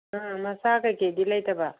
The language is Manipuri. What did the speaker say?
ꯎꯝ ꯃꯆꯥ ꯀꯩꯀꯩꯗꯤ ꯂꯩꯇꯕ